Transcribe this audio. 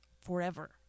forever